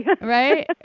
Right